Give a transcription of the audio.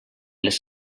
les